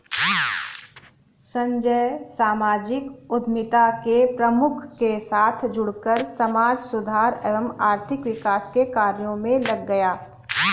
संजय सामाजिक उद्यमिता के प्रमुख के साथ जुड़कर समाज सुधार एवं आर्थिक विकास के कार्य मे लग गया